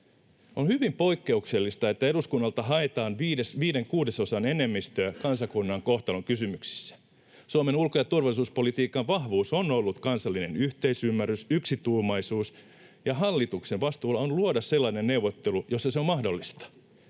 On hyvin poikkeuksellista, että eduskunnalta haetaan viiden kuudesosan enemmistöä kansakunnan kohtalonkysymyksissä. Suomen ulko- ja turvallisuuspolitiikan vahvuus on ollut kansallinen yhteisymmärrys, yksituumaisuus, ja hallituksen vastuulla on luoda sellainen neuvottelu, jossa se on mahdollista.